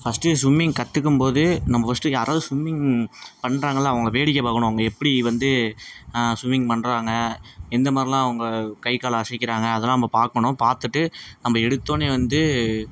first swimming கற்றுக்கும் போது நம்ம ஃபர்ஸ்ட்டு யாராவது ஸ்விம்மிங் பண்ணுறாங்கள்ல அவங்கள வேடிக்கை பார்க்கணும் அவங்க எப்படி வந்து ஸ்விம்மிங் பண்ணுறாங்க எந்த மாதிரிலாம் அவங்க கை கால் அசைக்கிறாங்க அதெல்லாம் நம்ப பார்க்கணும் பார்த்துட்டு நம்ப எடுத்தோடன்னே வந்து